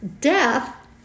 Death